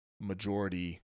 majority